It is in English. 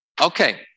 Okay